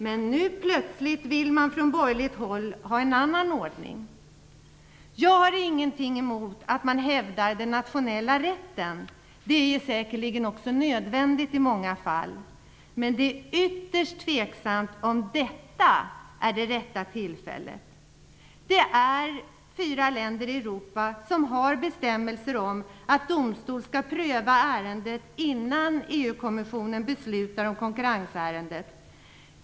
Men nu plötsligt vill man från borgerligt håll ha en annan ordning. Jag har ingenting emot att man hävdar den nationella rätten. Det är säkerligen också nödvändigt i många fall. Men det är ytterst tveksamt om detta är det rätta tillfället. Det finns fyra länder i Europa som har bestämmelser om att domstol skall pröva ärendet innan EU kommissionen beslutar om konkurrensärendet.